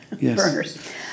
burners